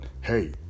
hey